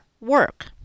work